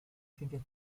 ciencias